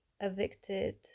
evicted